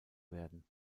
werden